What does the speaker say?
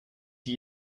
die